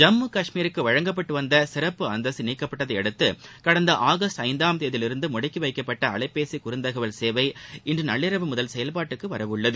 ஜம்மு கஷ்மீருக்கு வழங்கப்பட்டு வந்த சிறப்பு அந்தஸ்து நீக்கப்பட்டதை அடுத்து கடந்த ஆகஸ்ட் ஐந்தாம் தேதியிலிருந்து முடக்கி வைக்கப்பட்ட அலைபேசி குறுந்தகவல் சேவை இன்று நள்ளிரவு முதல் செயல்பாட்டிற்கு வரவுள்ளன